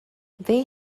they